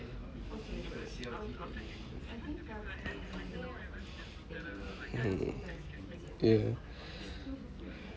mmhmm ya